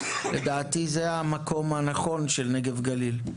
זה המקום הנכון של נגב גליל.